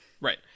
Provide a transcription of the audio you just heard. Right